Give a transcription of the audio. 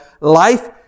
Life